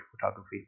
photography